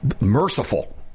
merciful